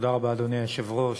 אדוני היושב-ראש,